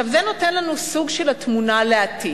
זה נותן לנו סוג של התמונה לעתיד,